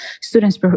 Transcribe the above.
students